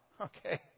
Okay